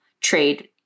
trade